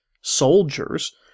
soldiers